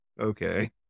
okay